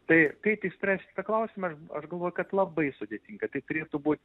tai kaip išspręst šitą klausimą aš galvoju kad labai sudėtinga tai turėtų būt